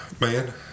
man